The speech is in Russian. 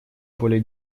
больше